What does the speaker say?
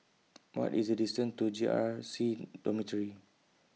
What IS The distance to J R C Dormitory